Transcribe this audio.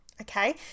Okay